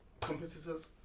competitors